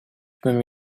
bym